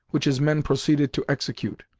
which his men proceeded to execute,